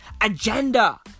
agenda